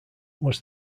was